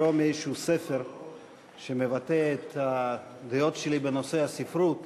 לקרוא מאיזשהו ספר שמבטא את הדעות שלי בנושא הספרות,